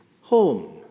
home